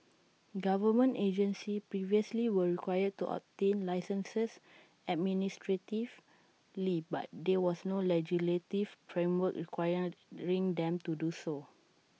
government agencies previously were required to obtain licences administratively but there was no legislative framework requiring them to do so